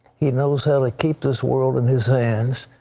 he knows how to keep this world in his hands.